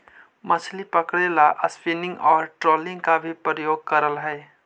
मछली पकड़े ला स्पिनिंग और ट्रोलिंग का भी प्रयोग करल हई